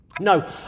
No